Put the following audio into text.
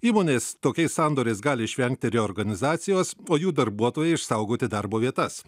įmonės tokiais sandoriais gali išvengti reorganizacijos o jų darbuotojai išsaugotų darbo vietas